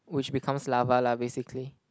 which becomes lava lah basically